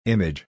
Image